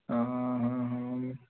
ହଁ ହଁ ହଁ